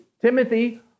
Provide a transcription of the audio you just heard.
Timothy